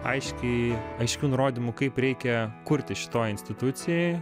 aiškiai aiškių nurodymų kaip reikia kurti šitoj institucijoj